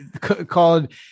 called